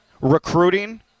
recruiting